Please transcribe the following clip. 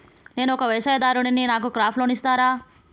నేను ఒక వ్యవసాయదారుడిని నాకు క్రాప్ లోన్ ఇస్తారా?